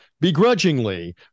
begrudgingly